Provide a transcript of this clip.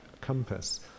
compass